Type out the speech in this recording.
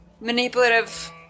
manipulative